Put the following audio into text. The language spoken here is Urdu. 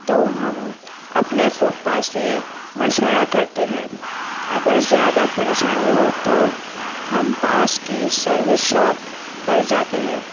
تو ہم اپنے پھوپھا سے مشورہ کرتے ہیں اگر زیادہ پریشانی ہو تو ہم پاس کی سروس شاپ پر جاتے ہیں